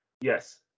Yes